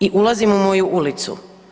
I ulazim u moju ulicu.